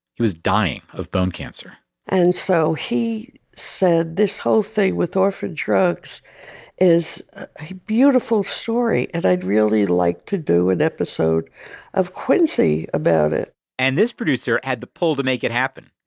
he was dying of bone cancer and so he said, this whole thing with orphan drugs is a beautiful story. and i'd really like to do an episode of quincy about it and this producer had the pull to make it happen.